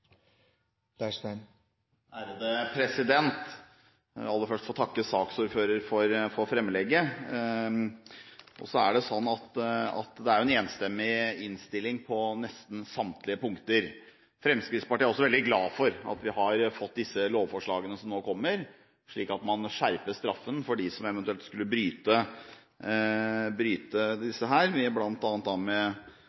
Jeg vil aller først få takke saksordføreren for innlegget. Innstillingen er enstemmig på nesten samtlige punkter. Fremskrittspartiet er veldig glad for at vi har fått disse lovforslagene, slik at man skjerper straffen for dem som eventuelt skulle bryte